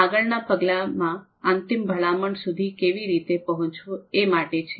આગળના પગલામાં અંતિમ ભલામણ સુધી કેવી રીતે પહોંચવું એ માટે છે